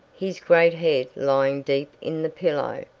his great head lying deep in the pillow.